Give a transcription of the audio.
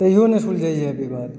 तहियो नहि सुलझैया विवाद